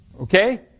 Okay